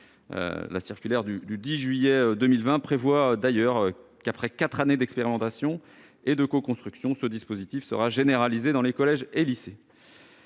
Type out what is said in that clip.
La circulaire du 10 juillet 2020 prévoit d'ailleurs que, après quatre années d'expérimentation et de coconstruction, le dispositif Pix sera généralisé dans les collèges et lycées.